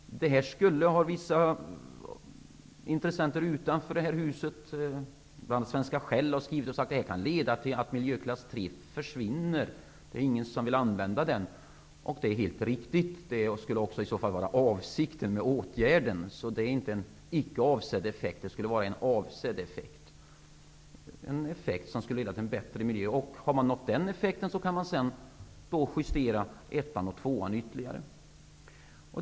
Vissa intressenter utanför det här huset, bl.a. Svenska Shell, har skrivit och sagt att det kan leda till att miljöklass 3 försvinner, för ingen vill använda den sortens drivmedel. Det är helt riktigt. Det skulle i så fall också vara avsikten med åtgärden. Så det är inte en icke avsedd effekt utan en avsedd effekt som skulle leda till bättre miljö. Har man nått den effekten, kan man sedan justera ettan och tvåan ytterligare.